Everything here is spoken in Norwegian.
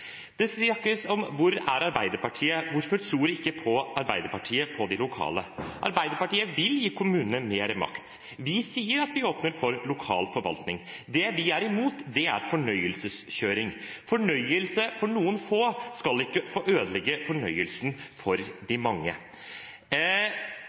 Det snakkes om hvor er Arbeiderpartiet, om hvorfor tror ikke Arbeiderpartiet på de lokale. Arbeiderpartiet vil gi kommunene mer makt. Vi sier at vi åpner for lokal forvaltning. Det vi er imot, er fornøyelseskjøring. Fornøyelse for noen få skal ikke få ødelegge fornøyelsen for de mange.